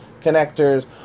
connectors